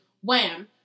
Wham